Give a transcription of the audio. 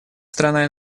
страна